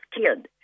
killed